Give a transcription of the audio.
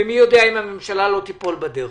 ומי יודע אם הממשלה לא תיפול בדרך.